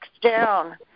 down